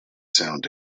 sound